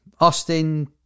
Austin